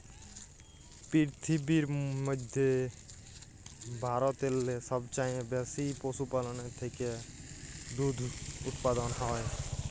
পিরথিবীর ম্যধে ভারতেল্লে সবচাঁয়ে বেশি পশুপাললের থ্যাকে দুহুদ উৎপাদল হ্যয়